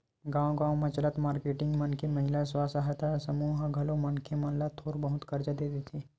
गाँव गाँव म चलत मारकेटिंग मन के महिला स्व सहायता समूह ह घलो मनखे मन ल थोर बहुत करजा देथे